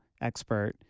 expert